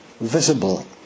visible